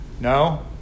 No